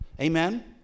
Amen